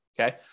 Okay